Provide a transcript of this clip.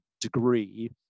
degree